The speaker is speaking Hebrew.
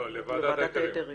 לא, לוועדת ההיתרים.